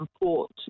report